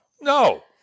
no